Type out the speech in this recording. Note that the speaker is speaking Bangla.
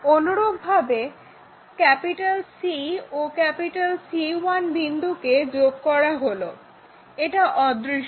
অনুরূপভাবে C ও C1 বিন্দুকে যোগ করা হলো এটা অদৃশ্য